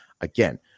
again